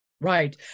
Right